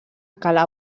cala